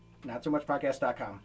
NotSoMuchPodcast.com